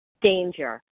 danger